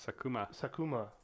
sakuma